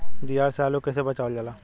दियार से आलू के कइसे बचावल जाला?